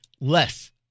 less